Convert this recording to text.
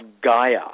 Gaia